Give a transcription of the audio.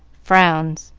frowns,